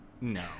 No